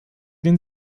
den